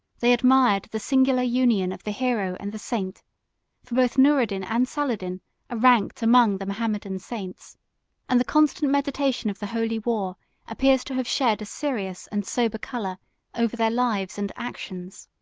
they admired the singular union of the hero and the saint for both noureddin and saladin are ranked among the mahometan saints and the constant meditation of the holy war appears to have shed a serious and sober color over their lives and actions.